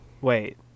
Wait